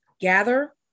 gather